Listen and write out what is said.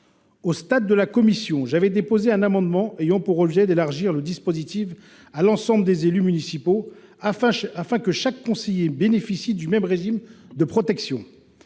du texte en commission, j’avais déposé un amendement ayant pour objet d’élargir le dispositif à l’ensemble des élus municipaux, afin que chaque conseiller bénéficie du même régime de protection.